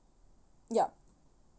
yup